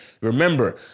Remember